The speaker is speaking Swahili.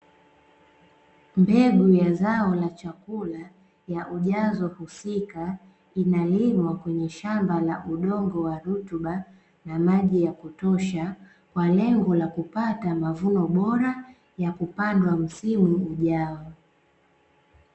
Mbegu ya zao la chakula ya ujazo husika, inalimwa kwenye shamba la udongo wa rutuba na maji ya kutosha, kwa lengo la kupata mavuno bora ya kupandwa msimu ujao.